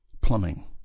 plumbing